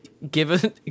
Given